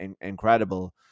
incredible